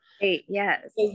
Yes